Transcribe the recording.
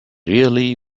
really